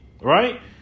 right